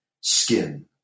skin